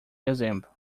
exemplo